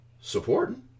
supporting